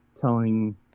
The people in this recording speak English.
telling